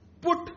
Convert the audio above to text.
put